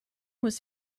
was